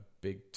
big